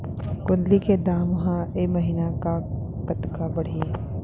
गोंदली के दाम ह ऐ महीना ह कतका बढ़ही?